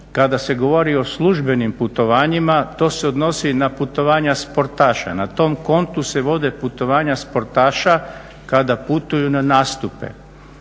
Kada se govori o službenim putovanjima to se odnosi na putovanja sportaša. Na tom kontu se vode putovanja sportaša kada putuju na nastupe.